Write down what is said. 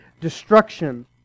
destruction